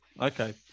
Okay